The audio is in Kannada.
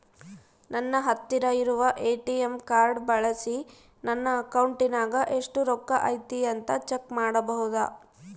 ನನ್ನ ಹತ್ತಿರ ಇರುವ ಎ.ಟಿ.ಎಂ ಕಾರ್ಡ್ ಬಳಿಸಿ ನನ್ನ ಅಕೌಂಟಿನಾಗ ಎಷ್ಟು ರೊಕ್ಕ ಐತಿ ಅಂತಾ ಚೆಕ್ ಮಾಡಬಹುದಾ?